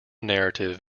narrative